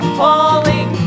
falling